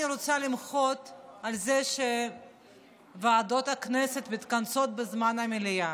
למחות על זה שוועדות הכנסת מתכנסות בזמן המליאה.